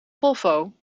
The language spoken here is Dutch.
volvo